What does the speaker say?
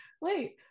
wait